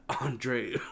Andre